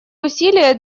усилия